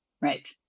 right